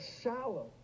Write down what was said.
shallow